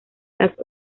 las